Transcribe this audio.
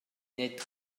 nid